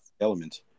element